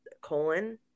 colon